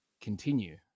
continue